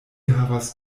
havas